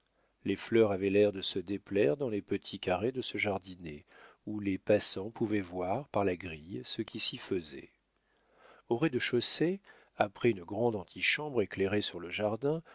les fleurs avaient l'air de se déplaire dans les petits carrés de ce jardinet où les passants pouvaient voir par la grille ce qui s'y faisait au rez-de-chaussée après une grande antichambre éclairée sur le jardin